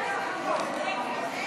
וביצוע הסכם מחוץ לישראל),